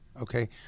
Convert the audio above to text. okay